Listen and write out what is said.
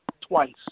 twice